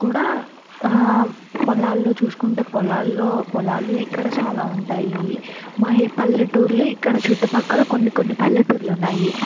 కూడా పొలాల్లో చూసుకుంటే పొలాల్లో పొలాలు ఇక్కడ చాలా ఉంటాయి మరి పల్లెటూర్లు ఇక్కడ చుట్టుపక్కల కొన్ని కొన్ని పల్లెటూర్లు ఉన్నాయి